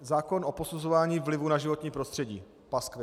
Zákon o posuzování vlivu na životní prostředí paskvil.